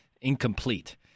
incomplete